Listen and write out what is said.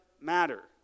matter